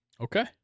Okay